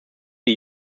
die